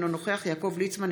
אינו נוכח יעקב ליצמן,